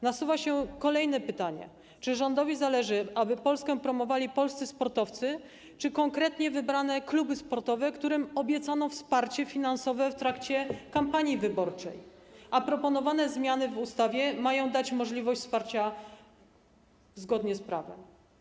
Nasuwa się kolejne pytanie, czy rządowi zależy, aby Polskę promowali polscy sportowcy czy konkretnie wybrane kluby sportowe, którym obiecano wsparcie finansowe w trakcie kampanii wyborczej, a proponowane zmiany w ustawie mają dać możliwość wsparcia zgodnie z prawem.